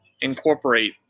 incorporate